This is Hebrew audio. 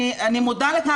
אני מודה לך,